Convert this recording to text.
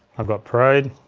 i've got parade,